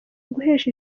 guhesha